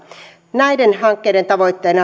näiden hankkeiden tavoitteena